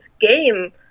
game